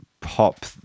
pop